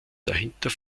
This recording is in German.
dahinter